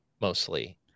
mostly